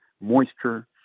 moisture